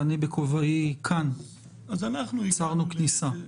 כי אני בכובעי כאן אסרתי כניסה.